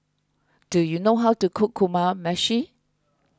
do you know how to cook Kamameshi